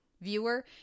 viewer